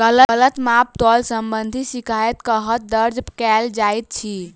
गलत माप तोल संबंधी शिकायत कतह दर्ज कैल जाइत अछि?